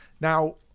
Now